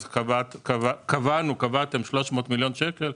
אז קבעתם 300 מיליון שקל.